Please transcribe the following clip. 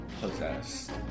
possessed